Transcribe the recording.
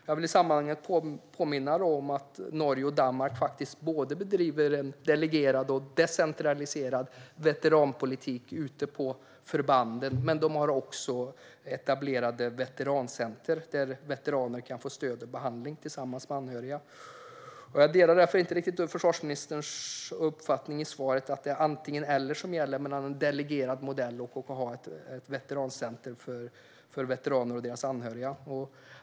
Jag vill i sammanhanget påminna om att både Norge och Danmark bedriver en delegerad och decentraliserad veteranpolitik ute på förbanden men att de också har etablerade veterancenter där veteraner kan få stöd och behandling tillsammans med anhöriga. Jag delar därför inte riktigt försvarsministerns uppfattning i svaret att det är antingen eller som gäller mellan att ha en delegerad modell och att ha ett veterancenter för veteraner och deras anhöriga.